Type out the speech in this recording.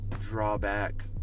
drawback